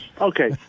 okay